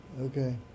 Okay